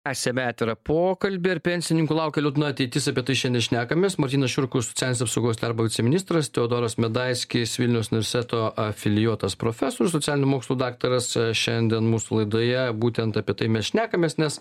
tęsiame atvirą pokalbį ir pensininkų laukia liūdna ateitis apie tai šiandien šnekamės martynas šiurkus socialinės apsaugos darbo viceministras teodoras medaiskis vilniaus universiteto afilijuotas profesorius socialinių mokslų daktaras šiandien mūsų laidoje būtent apie tai mes šnekamės nes